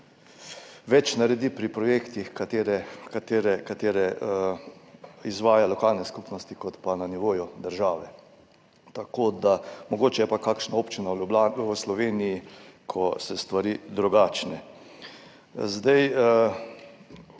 več naredi pri projektih, ki jih izvajajo lokalne skupnosti, kot pa na nivoju države, mogoče je pa kakšna občina v Sloveniji, kjer so stvari drugačne.